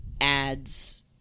ads